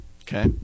Okay